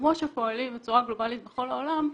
כמו שפועלים בצורה גלובלית בכל העולם,